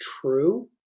true